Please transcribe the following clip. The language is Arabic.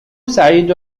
سعيد